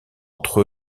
entre